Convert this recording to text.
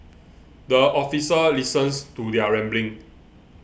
the officer listens to their rambling